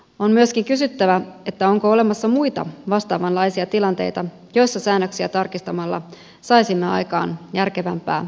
on myöskin kysyttävä onko olemassa muita vastaavanlaisia tilanteita joissa säännöksiä tarkistamalla saisimme aikaan järkevämpää resurssien käyttöä